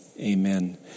amen